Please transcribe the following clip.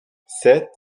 sept